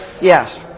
Yes